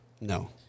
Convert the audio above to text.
no